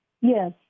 Yes